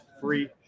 free